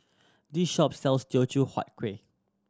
this shop sells Teochew Huat Kueh